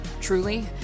truly